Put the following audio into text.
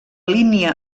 línia